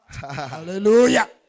Hallelujah